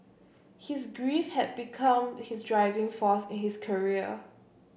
his grief had become his driving force in his career